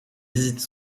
visites